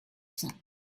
some